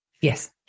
Yes